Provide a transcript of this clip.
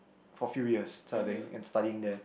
for few years studying and studying there